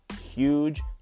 huge